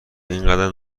اینقدر